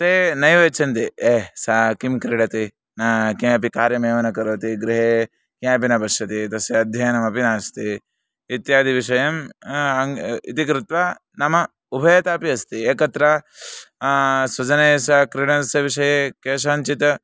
ते नैव इच्छन्ति ए सः किं क्रीडति न किमपि कार्यमेव न करोति गृहे किमपि न पश्यति तस्य अध्ययनमपि नास्ति इत्यादि विषयम् अङ्गम् इति कृत्वा नाम उभयतापि अस्ति एकत्र स्वजनैस्सह क्रीडनस्य विषये केषाञ्चित्